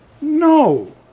No